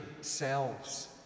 selves